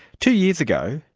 two years ago,